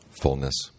fullness